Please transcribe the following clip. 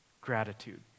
gratitude